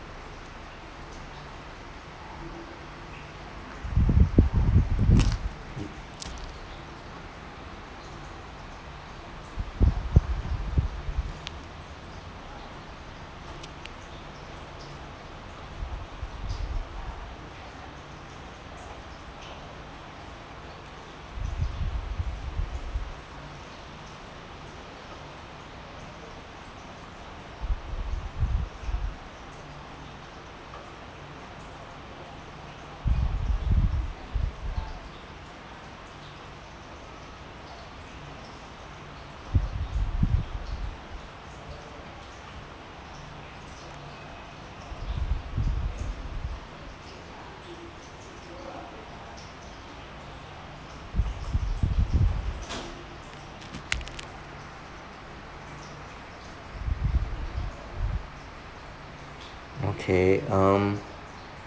okay um